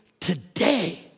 today